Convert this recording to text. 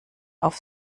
auf